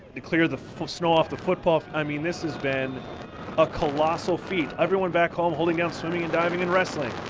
to clear the snow off the football field. i mean this has been a colossal feat. everyone back home holding down swimming, and diving, and wrestling.